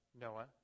Noah